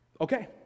Okay